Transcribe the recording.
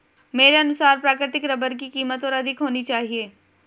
मेरे अनुसार प्राकृतिक रबर की कीमत और अधिक होनी चाहिए